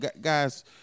guys